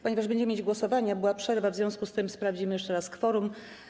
Ponieważ będziemy mieć głosowanie, a była przerwa, w związku z tym sprawdzimy jeszcze raz kworum.